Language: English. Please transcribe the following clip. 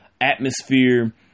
atmosphere